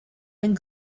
and